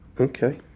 Okay